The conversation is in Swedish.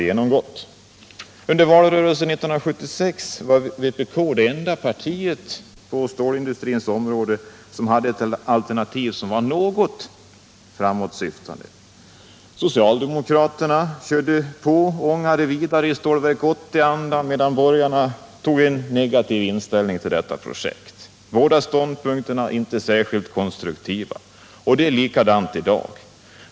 Under valrörelsen 1976 var vpk det enda parti som på stålindustrins område hade ett alternativ som var något framåtsyftande. Socialdemokraterna körde på och ångade vidare i Stålverk 80-andan, medan borgarna hade en negativ inställning till detta projekt. Båda ståndpunkterna var föga konstruktiva. Det är likadant i dag.